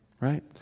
right